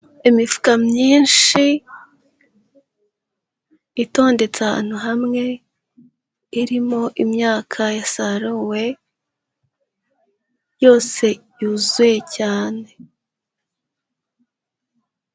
Imifuka myinshi itondetse ahantu hamwe, irimo imyaka yasaruwe, yose yuzuye cyane.